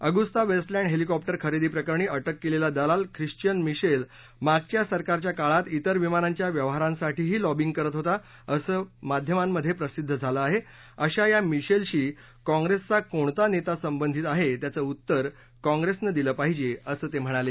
Agusta Westland helicopter खरेदी प्रकरणी अ के केलेला दलाल खिश्वीयन मिशेल मागच्या सरकारच्या काळात इतर विमानांच्या व्यवहारांसाठीही लॅबींग करत होता असं माध्यमांमध्ये प्रसिद्ध झालं आहे अशा या मिशेलशी काँप्रेसचा कोणता नेता संबंधित आहे त्याचं उत्तर काँप्रेसनं दिलं पाहिजे असं ते म्हणाले